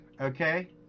okay